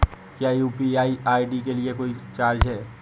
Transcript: क्या UPI ID के लिए कोई चार्ज है?